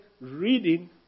reading